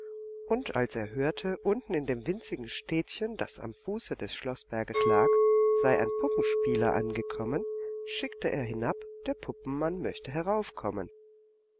und als er hörte unten in dem winzigen städtchen das am fuße des schloßberges lag sei ein puppenspieler angekommen schickte er hinab der puppenmann möchte heraufkommen